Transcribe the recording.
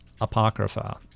Apocrypha